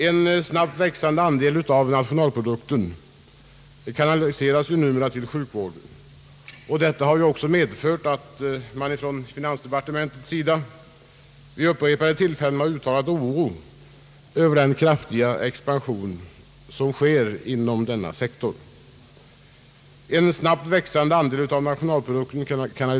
En snabbt växande andel av nationalprodukten har kanaliserats till sjukvården, och detta har medfört att man från finansdepartementets sida vid upprepade tillfällen uttalat oro för den kraftiga expansionen inom denna sektor.